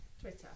Twitter